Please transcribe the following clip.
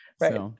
right